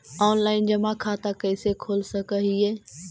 Online जमा खाता कैसे खोल सक हिय?